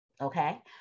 Okay